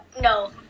No